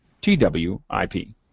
T-W-I-P